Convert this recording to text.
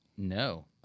No